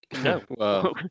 No